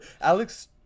Alex